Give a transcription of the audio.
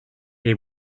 they